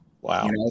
Wow